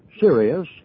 serious